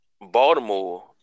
Baltimore